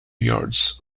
yards